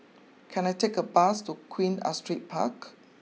can I take a bus to Queen Astrid Park